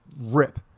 rip